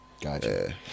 Gotcha